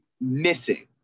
Missing